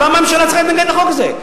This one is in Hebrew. למה הממשלה צריכה להתנגד לחוק הזה?